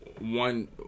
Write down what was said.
One